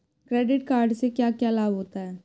Credit card से क्या क्या लाभ होता है?